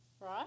right